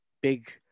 big